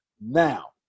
Now